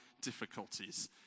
difficulties